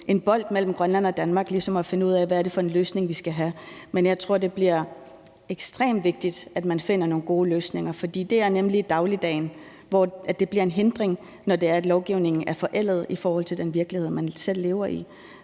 en bold mellem Grønland og Danmark ligesom at finde ud af, hvad det er for en løsning, vi skal have. Men jeg tror, det bliver ekstremt vigtigt, at man finder nogle gode løsninger, for det er nemlig i dagligdagen, det bliver en hindring, når lovgivningen er forældet i forhold til den virkelighed, man selv lever i.